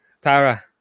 Tara